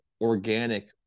organic